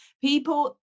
people